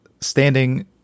standing